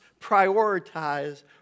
prioritize